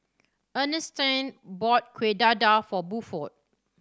Ernestine bought Kueh Dadar for Buford